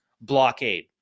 blockade